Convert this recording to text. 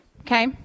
Okay